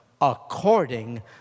according